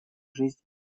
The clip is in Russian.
жизнь